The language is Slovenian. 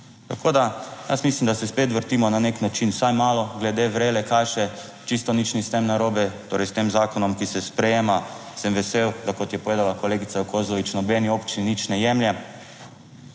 Tako da jaz mislim, da se spet vrtimo na nek način vsaj malo glede vrele kaše. Čisto nič ni s tem narobe, torej s tem zakonom, ki se sprejema, sem vesel, da kot je povedala kolegica Kozlovič, nobeni občini nič ne jemlje,